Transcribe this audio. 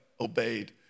obeyed